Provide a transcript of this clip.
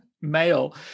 male